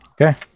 Okay